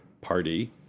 party